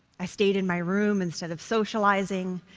i stayed in my room instead of socializing.